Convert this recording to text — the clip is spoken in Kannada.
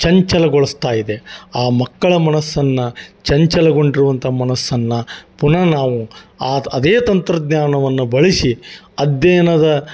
ಚಂಚಲಗೊಳಿಸ್ತಾ ಇದೆ ಆ ಮಕ್ಕಳ ಮನಸ್ಸನ್ನು ಚಂಚಲಗೊಂಡರು ಅಂತ ಮನಸ್ಸನ್ನು ಪುನಃ ನಾವು ಆದ್ ಅದೇ ತಂತ್ರಜ್ಞಾನವನ್ನು ಬಳಸಿ ಅಧ್ಯಯನದ